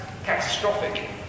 catastrophic